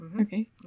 Okay